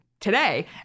Today